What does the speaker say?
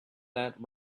that